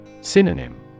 Synonym